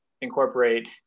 incorporate